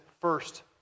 first